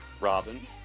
Robin